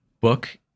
book